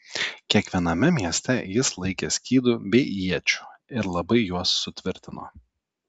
kiekviename mieste jis laikė skydų bei iečių ir labai juos sutvirtino